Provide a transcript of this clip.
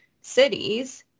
cities